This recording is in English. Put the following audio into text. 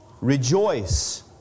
Rejoice